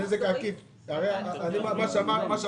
עו"ד